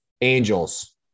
Angels